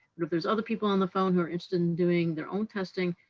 if there's other people on the phone who are interested in doing their own testing,